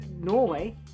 Norway